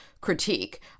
critique